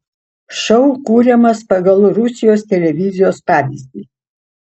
šou kuriamas pagal rusijos televizijos pavyzdį